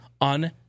on